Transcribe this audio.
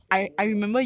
you remember what